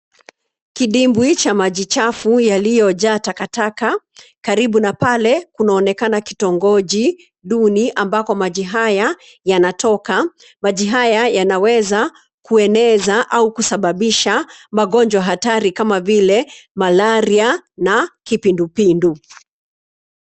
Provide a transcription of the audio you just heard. Kidimbwi cha maji chafu yaliyojaa takataka karibu na pale kunaonekana kitongoji duni amabako maji haya yanatoka maji haya yanaweza kueneza au kusababisha magonjwa hatari kama vile malaria na kipindupindu.